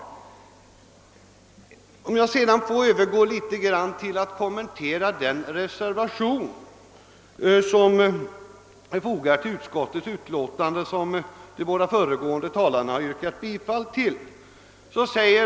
Jag vill sedan övergå till att något kommentera den reservation som är fogad till utskottsutlåtandet och till vilken de båda föregående talarna yrkat bifall.